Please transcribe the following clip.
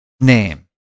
name